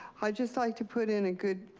i'd just like to put in a good